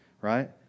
right